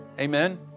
Amen